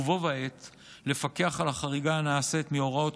ובו בעת לפקח על החריגה הנעשית מהוראות